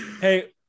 Hey